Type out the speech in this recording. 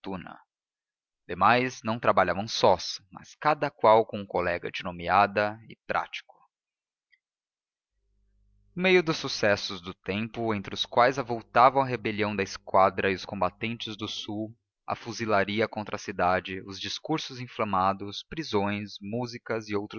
fortuna demais não trabalhavam sós mas cada qual com um colega de nomeada e prático no meio dos sucessos do tempo entre os quais avultavam a rebelião da esquadra e os combates do sul a fuzilaria contra a cidade os discursos inflamados prisões músicas e